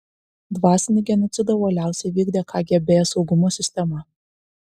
dvasinį genocidą uoliausiai vykdė kgb saugumo sistema